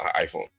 iPhone